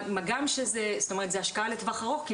מה גם שזאת השקעה לטווח ארוך,